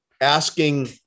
asking